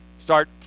start